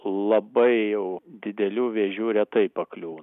labai jau didelių vėžių retai pakliūn